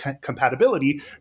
compatibility